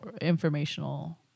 informational